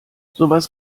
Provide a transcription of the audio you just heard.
sowas